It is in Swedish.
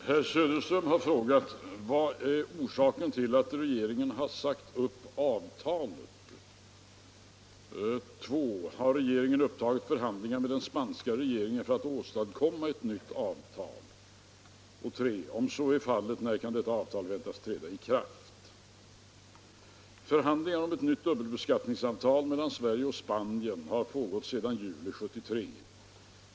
Herr talman! Herr Söderström har beträffande dubbelbeskattningsavtal med Spanien frågat mig 1. Vad är orsaken till att regeringen sagt upp avtalet? 3. Om så är fallet, när kan detta avtal väntas träda i kraft? Förhandlingar om ett nytt dubbelbeskattningsavtal mellan Sverige och Spanien har pågått sedan juli 1973.